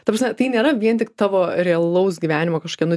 ta prasme tai nėra vien tik tavo realaus gyvenimo kažkieno